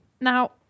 now